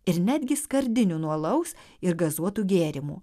ir netgi skardinių nuo alaus ir gazuotų gėrimų